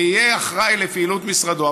ויהיה אחראי לפעילות משרדו.